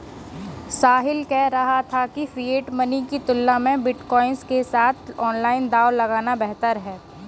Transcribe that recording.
साहिल कह रहा था कि फिएट मनी की तुलना में बिटकॉइन के साथ ऑनलाइन दांव लगाना बेहतर हैं